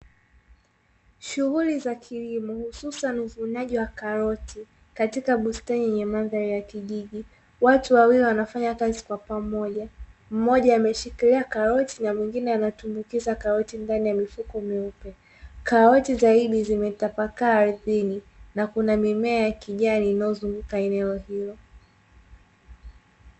Shughuli za kilimo ususani uvunaji wa karoti katika bustani yenye mandhari ya kijiji, watu wawili wanafanya kazi kwa pamoja, mmoja ameshikilia karoti na mwingine anatumbukiza kauti ndani ya mifuko, karoti zaidi zimetapakaa ardhini na kuna mimea ya kijani inayozunguka eneo hilo.